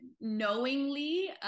knowingly